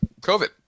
COVID